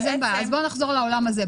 אז בואו נחזור לעולם הזה.